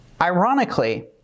Ironically